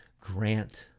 grant